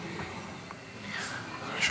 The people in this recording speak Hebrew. בבקשה.